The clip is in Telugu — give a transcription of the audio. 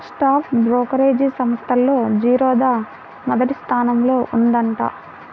స్టాక్ బ్రోకరేజీ సంస్థల్లో జిరోదా మొదటి స్థానంలో ఉందంట